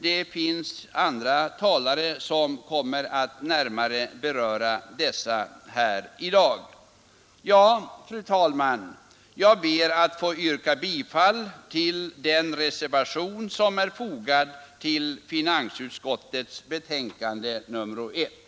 Dessa motioner kommer emellertid att närmare beröras av andra talare. Fru talman! Jag ber att få yrka bifall till den reservation som är fogad till finansutskottets betänkande nr 1.